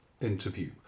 interview